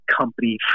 company